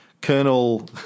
Colonel